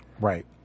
Right